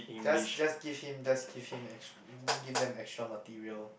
just just give him just give him extra just give them extra material